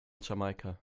jamaika